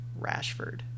Rashford